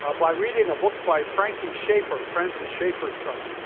ah by reading a book by frankie schaefer, francis schaefer's son.